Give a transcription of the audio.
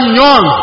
young